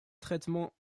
traitements